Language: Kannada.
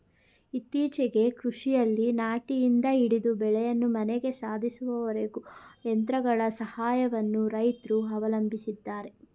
ಇತ್ತೀಚೆಗೆ ಕೃಷಿಯಲ್ಲಿ ನಾಟಿಯಿಂದ ಹಿಡಿದು ಬೆಳೆಯನ್ನು ಮನೆಗೆ ಸಾಧಿಸುವವರೆಗೂ ಯಂತ್ರಗಳ ಸಹಾಯವನ್ನು ರೈತ್ರು ಅವಲಂಬಿಸಿದ್ದಾರೆ